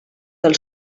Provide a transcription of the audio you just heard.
del